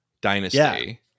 dynasty